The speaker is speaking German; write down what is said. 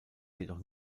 jedoch